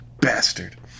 bastard